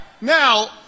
now